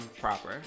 proper